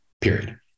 period